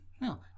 No